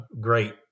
great